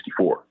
1964